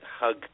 hug